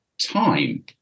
time